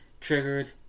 triggered